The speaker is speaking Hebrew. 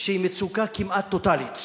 שהיא מצוקה כמעט טוטלית.